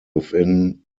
within